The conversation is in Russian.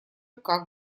как